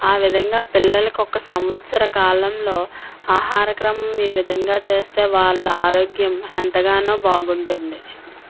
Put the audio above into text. ఆ విధంగా పిల్లలకు ఒక సంవత్సర కాలంలో ఆహార క్రమం ఈ విధంగా చేస్తే వాళ్ళ ఆరోగ్యం ఎంతగానో బాగుంటుంది